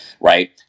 Right